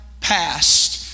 past